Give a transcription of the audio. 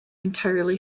entirely